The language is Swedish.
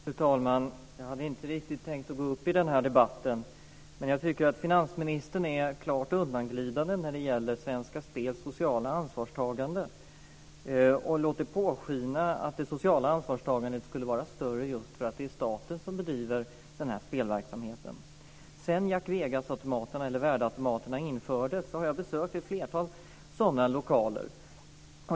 Fru talman! Jag hade inte tänkt delta i den här debatten, men jag tycker att finansministern är klart undanglidande när det gäller Svenska Spels sociala ansvarstagande. Han låter påskina att det sociala ansvarstagandet skulle vara större just för att det är staten som bedriver den här spelverksamheten. Sedan värdeautomaterna infördes har jag besökt ett flertal sådana lokaler.